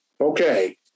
Okay